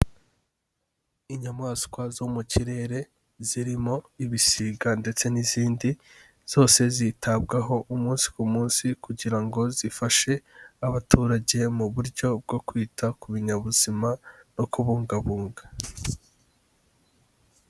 Inyamaswa zo mu kirere zirimo ibisiga ndetse n'izindi, zose zitabwaho umunsi ku munsi kugira ngo zifashe abaturage mu buryo bwo kwita ku binyabuzima no kubungabunga.